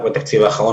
רק בתקציב האחרון,